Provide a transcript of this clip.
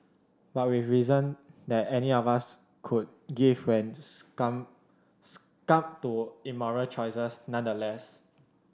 but with reason that any of us could give when succumbed succumbed to immoral choices nonetheless